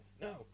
No